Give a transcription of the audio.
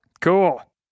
Cool